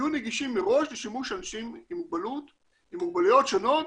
יהיו נגישים מראש לשימוש אנשים עם מוגבלויות שונות